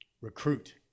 Recruit